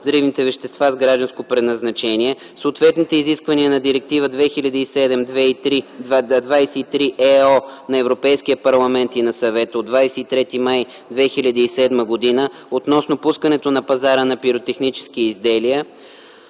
взривни вещества с гражданско предназначение, съответните изисквания на Директива 2007/23/ЕО на Европейския парламент и на Съвета от 23 май 2007 г. относно пускането на пазара на пиротехнически изделия